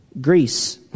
Greece